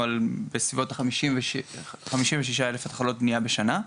על בסביבות ה-56,000 התחלות בניה בשנה,